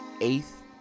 eighth